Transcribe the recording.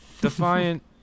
Defiant